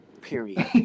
Period